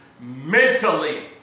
mentally